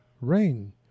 rain